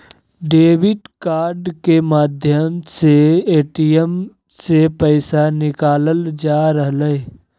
debit card के माध्यम से ए.टी.एम से पैसा निकालल जा हय